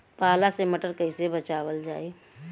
पाला से मटर कईसे बचावल जाई?